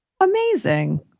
Amazing